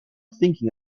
thinking